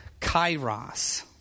kairos